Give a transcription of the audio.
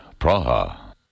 Praha